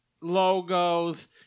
logos